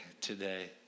today